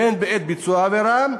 הן בעת ביצוע העבירה,